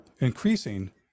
increasing